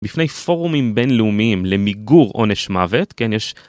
לפני פורומים בינלאומיים למיגור עונש מוות כן יש